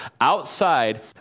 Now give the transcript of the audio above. Outside